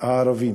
הערבים,